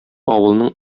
авылның